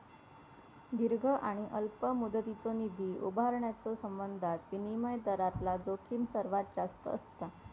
दीर्घ आणि अल्प मुदतीचो निधी उभारण्याच्यो संबंधात विनिमय दरातला जोखीम सर्वात जास्त असता